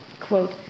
Quote